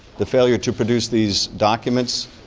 the failure to produce these documents